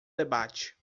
debate